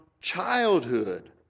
childhood